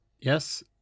yes